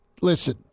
Listen